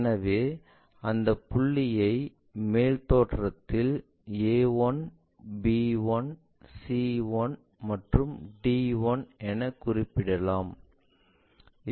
எனவே இந்த புள்ளிகளை மேல் தோற்றத்தில் a 1 b 1 c 1 மற்றும் d 1 என்று குறிப்பிடலாம்